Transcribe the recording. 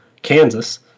kansas